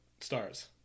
stars